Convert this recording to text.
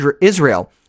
Israel